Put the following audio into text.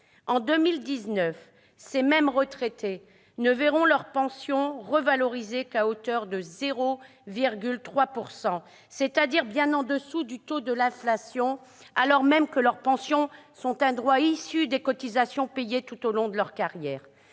En 2019, ces retraités ne verront leurs pensions revalorisées qu'à hauteur de 0,3 %, c'est-à-dire bien au-dessous du taux de l'inflation, alors même que celles-ci sont un droit issu des cotisations payées tout au long de leur carrière.